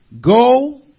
go